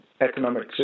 Economic